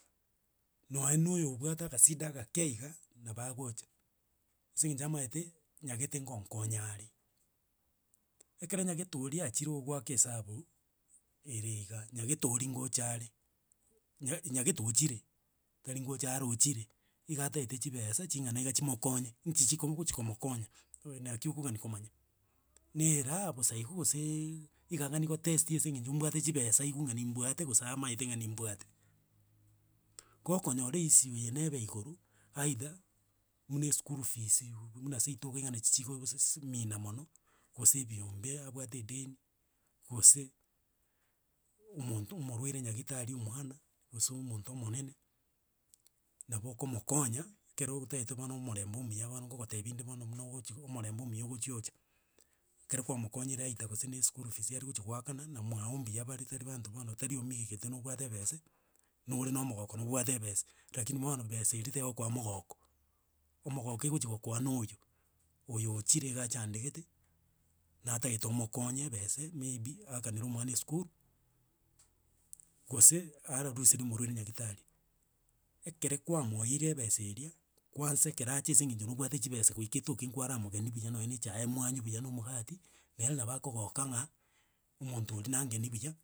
Nonye na oyo obwate agasida agake iga, nabo agocha, ase eng'encho amaete, nyagete ngonkonyare. Ekero nyagete oria achire ogwaka esabu ere iga, nyagete oria ngochare, nya- nyagete ochire tari ngonchare ochire, iga ataete chibesa ching'ana iga chimokonye nchi chiko mogochia komokonya, oe naki okogani komanya na eraha bosa igo goseeeee iga ang'ani gotesti ase eng'encho mbwate chibesa aigwe ng'a nimbwate gose amaete ng'a nimbwate gokonyora eissue eye nebe igoro, aidha buna eschool fees ibu buna seito iga nachi chigo si- si mina mono, gose ebiombe abwate edeni, gose omonto omorwaire nyagetari omwana, gose omonto omonene, nabo okomokonya ekero otaete bono omorembe omuya bono ngogotebi inde bono buna ogochi omorembe omuya ogochi ocha. Ekero kwamokonyire aidha gose na eschool fees are gocha goakana, na mwago mbuya bare tari banto bono tari omigete nobwate ebese nore na omogoko nobwate ebese lakini bono besa eria tegokoa mogoko omogoko egochi gokoa noyo. Oyo ochire iga achadegete, natagete omokonye ebese maybe aakanere omwana esukuru gose, araruseria omorwaire nyagetari. Ekere kwamoire ebesa eria, kwansa ekere acha ase eng'encho nobwate chibesa goika etoke nkwara mogeni buya nonye echae mwanywa buya na omogati, nere nabo akogoka ng'a omonto oria nangeni buya.